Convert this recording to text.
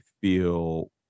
feel